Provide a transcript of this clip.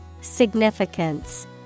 Significance